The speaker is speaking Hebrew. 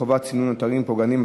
חובת סינון אתרים פוגעניים),